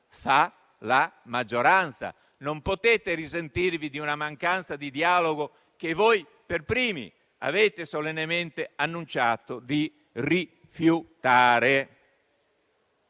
fa la maggioranza. Non potete risentirvi di una mancanza di dialogo che voi per primi avete solennemente annunciato di rifiutare.